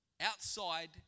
outside